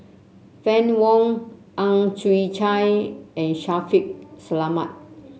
Fann Wong Ang Chwee Chai and Shaffiq Selamat